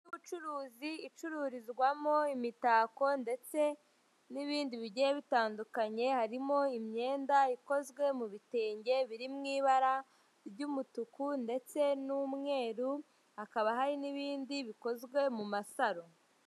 Inzu y'ubucuruzi icururizwamo imitako ndetse n'ibindi bigiye bitandukanye, harimo imyenda ikozwe mu bi bitenge biri mu ibara ry'umutuku ndetse n'umweru, hakaba hari n'ibindi bikozwe mu masaro.